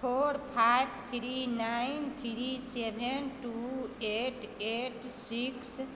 four five three nine three seven two eight eight six